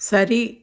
சரி